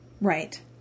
Right